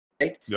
right